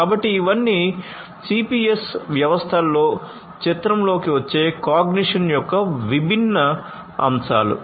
కాబట్టి ఇవన్నీ సిపిఎస్ వ్యవస్థలలో చిత్రంలోకి వచ్చే cognition యొక్క విభిన్న అంశాలు